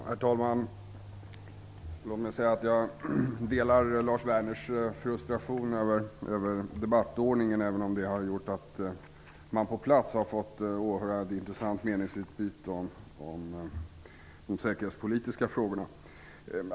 Herr talman! Låt mig säga att jag delar Lars Werners frustration över debattordningen, även om den har gjort att vi på plats har fått åhöra ett intressant meningsutbyte om de säkerhetspolitiska frågorna.